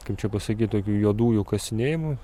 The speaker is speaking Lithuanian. kaip čia pasakyt tokių juodųjų kasinėjimų